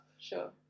Sure